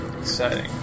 Exciting